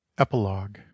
epilogue